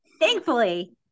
Thankfully